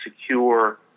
secure